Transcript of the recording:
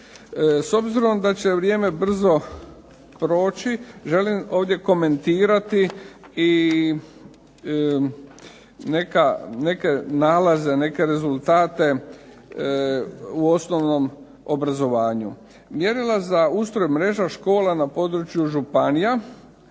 S obzirom da će vrijeme brzo proći želim ovdje komentirati i neke nalaze, neke rezultate u osnovnom obrazovanju. Mjerila za ustroj mreža škola na području županija,